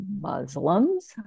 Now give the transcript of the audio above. Muslims